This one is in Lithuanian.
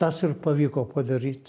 tas ir pavyko padaryt